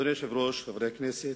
אדוני היושב-ראש, חברי הכנסת,